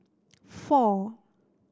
four